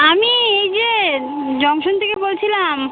আমি এই যে জংশন থেকে বলছিলাম